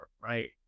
right